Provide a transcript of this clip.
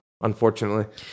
unfortunately